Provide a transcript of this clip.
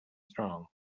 strong